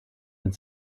mit